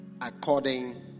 according